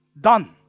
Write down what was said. done